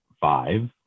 five